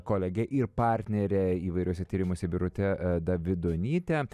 kolege ir partnere įvairiuose tyrimuose birute davidonyte